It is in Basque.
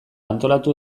antolatu